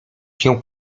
się